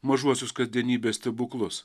mažuosius kasdienybės stebuklus